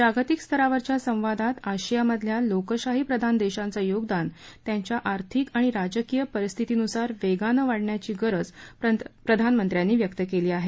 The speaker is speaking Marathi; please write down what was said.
जागतिक स्तरावरच्या संवादात आशियामधल्या लोकशाहीप्रधान देशांचं योगदान त्यांच्या आर्थीक आणि राजकीय परिस्थीतीनुसार वेगानं वाढण्याची गरज प्रधानमंत्र्यांनी व्यक्त केली आहे